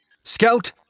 Scout